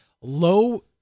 low